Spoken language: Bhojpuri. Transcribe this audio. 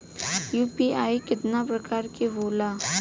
यू.पी.आई केतना प्रकार के होला?